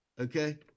Okay